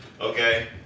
Okay